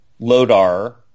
Lodar